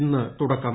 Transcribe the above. ഇന്ന് തുടക്കം